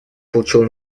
получило